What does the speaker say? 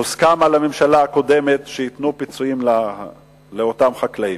הוסכם על הממשלה הקודמת שייתנו פיצויים לאותם חקלאים.